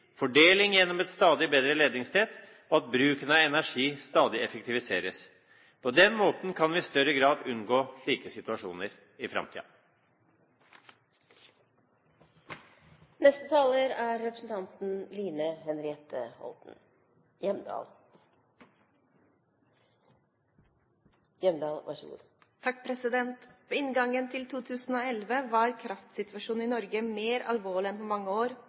fordeling gjennom et stadig bedre ledningsnett, og at bruken av energi stadig effektiviseres. På den måten kan vi i større grad unngå slike situasjoner i framtiden. Ved inngangen til 2011 var kraftsituasjonen i Norge mer alvorlig enn på mange år.